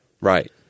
Right